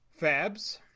Fabs